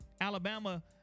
alabama